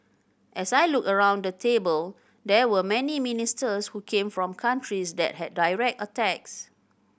as I looked around the table there were many ministers who came from countries that had direct attacks